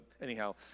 anyhow